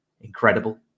incredible